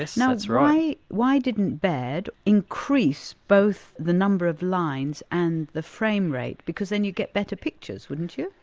yes, that's right. why didn't baird increase both the number of lines and the frame rate, because then you'd get better pictures, wouldn't you?